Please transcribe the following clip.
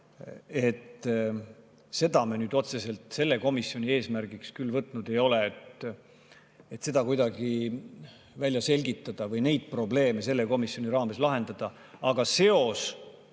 Seda me nüüd otseselt selle komisjoni eesmärgiks küll võtnud ei ole, et seda kuidagi välja selgitada või neid probleeme selle komisjoni raames lahendada. Aga seos